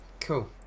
Cool